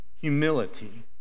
humility